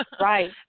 Right